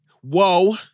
Whoa